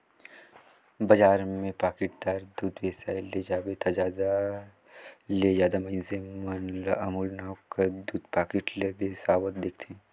बजार में पाकिटदार दूद बेसाए ले जाबे ता जादा ले जादा मइनसे मन ल अमूल नांव कर दूद पाकिट ल बेसावत देखबे